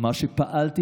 מה שפעלתי